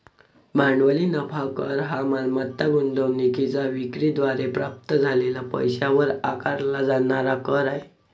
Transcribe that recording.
भांडवली नफा कर हा मालमत्ता गुंतवणूकीच्या विक्री द्वारे प्राप्त झालेल्या पैशावर आकारला जाणारा कर आहे